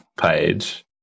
page